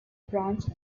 branch